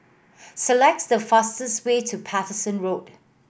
select the fastest way to Paterson Road